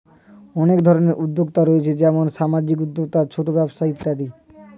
অনেক ধরনের উদ্যোক্তা রয়েছে যেমন সামাজিক উদ্যোক্তা, ছোট ব্যবসা ইত্যাদি